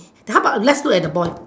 how about let's look at the boy